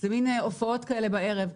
זה מין הופעות בערב.